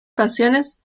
canciones